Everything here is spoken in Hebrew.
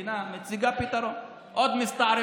המדינה מציגה פתרון: עוד מסתערבים,